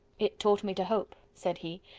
it taught me to hope, said he,